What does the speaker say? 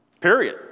Period